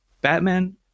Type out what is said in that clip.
Batman